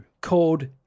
called